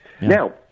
Now